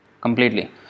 completely